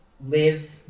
live